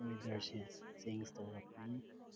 ꯋꯦꯗꯔꯁꯦ ꯆꯦꯟꯁ ꯇꯧꯔꯛꯄꯅꯤ